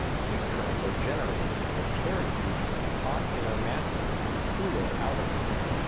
heat currents are generated that carry heat from the hot inner mantle to the cooler outer mantle,